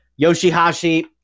Yoshihashi